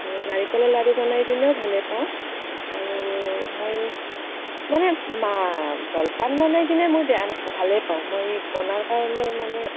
আৰু নাৰিকলৰ লাৰু বনাই পিনেও ভালে পাওঁ আৰু মোৰ মানে জলপান বনাই পিনে মই বেয়া নাপাওঁ ভালেই পাওঁ মই বনোৱাৰ কাৰণে মানে